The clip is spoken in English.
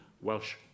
Welsh